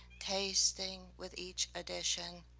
tasting with each addition.